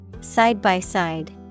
side-by-side